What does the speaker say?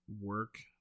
work